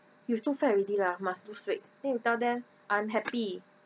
you too fat already lah must lose weight then you tell them I'm happy